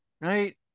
right